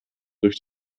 durch